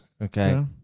Okay